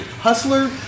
Hustler